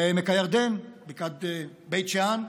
בעמק הירדן, בבקעת בית שאן,